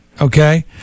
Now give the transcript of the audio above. okay